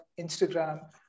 Instagram